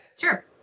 Sure